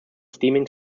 steaming